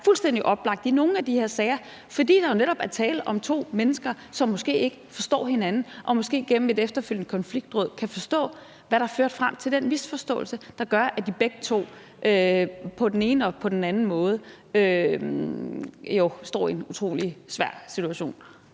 fuldstændig oplagt i nogle af de her sager, fordi der jo netop er tale om to mennesker, som måske ikke forstår hinanden, og som måske gennem et efterfølgende konfliktråd kan forstå, hvad der førte frem til den misforståelse, der gør, at de begge to på den ene og på den måde jo står i en utrolig svær situation?